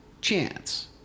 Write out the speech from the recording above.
chance